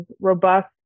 robust